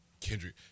Kendrick